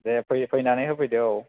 दे फै फैनानै होफैदो औ